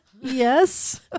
Yes